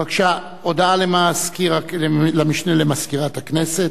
בבקשה, הודעה למשנה למזכירת הכנסת.